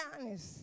honest